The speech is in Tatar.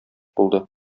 булды